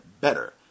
better